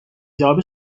جواب